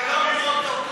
גם במגזר הערבי?